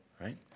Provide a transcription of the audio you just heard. right